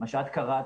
מה שאת קראת,